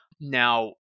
Now